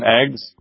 eggs